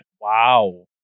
Wow